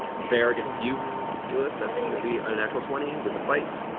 bear against you, keyleth, that's going to be and a natural twenty with the bite.